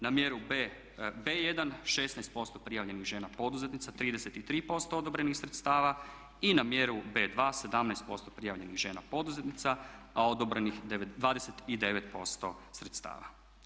Na mjeru B1 16% prijavljenih žena poduzetnica, 33% odobrenih sredstava i na mjeru B217% prijavljenih žena poduzetnica a odobrenih 29% sredstava.